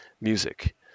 music